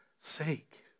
sake